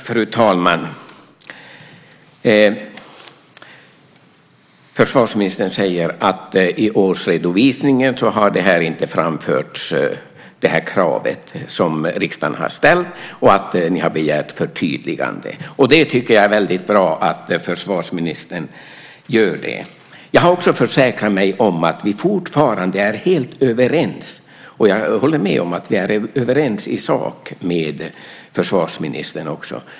Fru talman! Försvarsministern säger att det krav som riksdagen har ställt inte framförts i årsredovisningen och att ni har begärt ett förtydligande. Jag tycker att det är väldigt bra att försvarsministern gör det. Vidare har jag försäkrat mig om att vi fortfarande är helt överens. Jag håller med om att vi i sak är överens, också med försvarsministern.